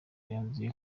yanzuye